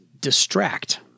distract